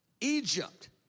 Egypt